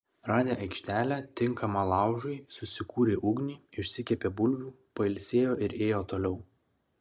radę aikštelę tinkamą laužui susikūrė ugnį išsikepė bulvių pailsėjo ir ėjo toliau